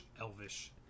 elvish